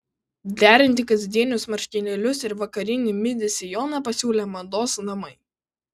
derinti kasdienius marškinėlius ir vakarinį midi sijoną pasiūlė mados namai